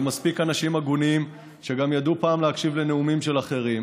ומספיק אנשים הגונים שגם ידעו פעם להקשיב לנאומים של אחרים,